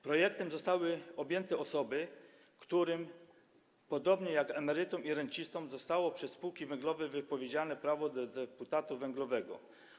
Projektem zostały objęte osoby, którym podobnie jak emerytom i rencistom zostało przez spółki węglowe wypowiedziane prawo do deputatu węglowego.